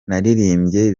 naririmbye